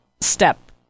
step